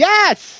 Yes